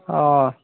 অ